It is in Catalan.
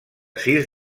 sis